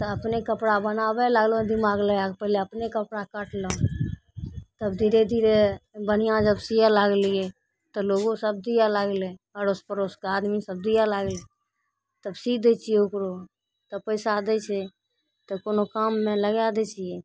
तऽ अपने कपड़ा बनाबय लागलहुँ दिमाग लगाके पहिले अपने कपड़ा काटलहुँ तब धीरे धीरे बनिहाँ जब सीयऽ लागलियै तऽ लोगो सभ दिअ लागलै अड़ोस पड़ोसके आदमी सभ दिअ लागलय तब सी दै छियै ओकरो तब पैसा दै छै तऽ कोनो काममे लगाय दै छियै